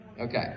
Okay